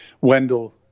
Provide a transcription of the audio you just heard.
Wendell